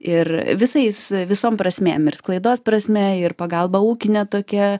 ir visais visom prasmėm ir sklaidos prasme ir pagalba ūkine tokia